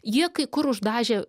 jie kai kur uždažė